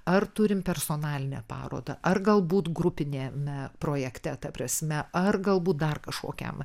ar turim personalinę parodą ar galbūt grupiniame projekte ta prasme ar galbūt dar kažkokiam